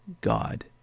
God